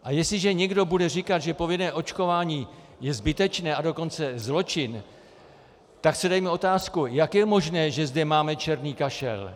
A jestliže někdo bude říkat, že povinné očkování je zbytečné, a dokonce zločin, tak si dejme otázku jak je možné, že zde máme černý kašel?